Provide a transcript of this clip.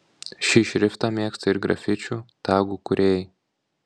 šį šriftą mėgsta ir grafičių tagų kūrėjai